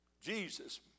Jesus